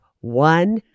one